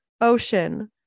Ocean